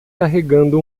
carregando